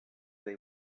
they